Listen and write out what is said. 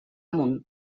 amunt